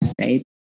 right